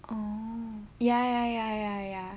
oh ya ya ya ya ya